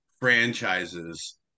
franchises